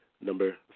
number